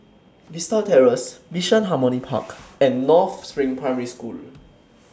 Vista Terrace Bishan Harmony Park and North SPRING Primary School